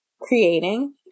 creating